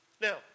Now